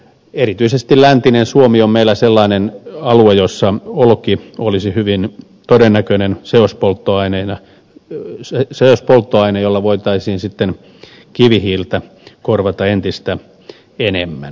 erityisesti läntinen suomi on meillä sellainen alue jossa olki olisi hyvin todennäköinen seospolttoaine jolla voitaisiin sitten kivihiiltä korvata entistä enemmän